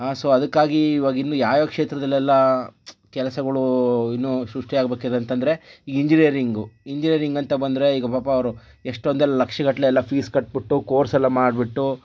so ಅದಕ್ಕಾಗಿ ಇವಾಗ ಇಲ್ಲಿ ಯಾವ್ಯಾವ ಕ್ಷೇತ್ರದಲ್ಲೆಲ್ಲ ಕೆಲಸಗಳು ಇನ್ನು ಸೃಷ್ಟಿಯಾಗಬೇಕಿದೆ ಅಂತಂದರೆ ಇಂಜಿನಿಯರಿಂಗ್ ಇಂಜಿನಿಯರಿಂಗ್ ಅಂತ ಬಂದರೆ ಈಗ ಪಾಪ ಅವರು ಎಷ್ಟೊಂದೆಲ್ಲ ಲಕ್ಷಗಟ್ಟಲೆಯೆಲ್ಲ ಫೀಸ್ ಕಟ್ಟಿಬಿಟ್ಟು ಕೋರ್ಸೆಲ್ಲ ಮಾಡಿಬಿಟ್ಟು